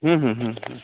हुँ हुँ हुँ हुँ हुँ